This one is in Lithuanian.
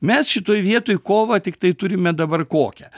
mes šitoj vietoj kovą tiktai turime dabar kokią